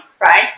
right